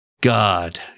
God